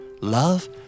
Love